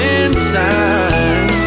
inside